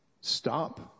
stop